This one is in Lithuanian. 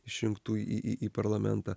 išrinktų į į į parlamentą